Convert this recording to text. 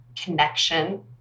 connection